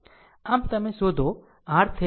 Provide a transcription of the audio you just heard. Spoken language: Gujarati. આમ તમે શોધો RThevenin V0 by i0